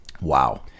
Wow